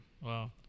Wow